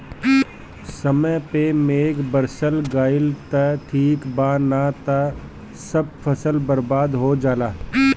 समय पे मेघ बरस गईल त ठीक बा ना त सब फसल बर्बाद हो जाला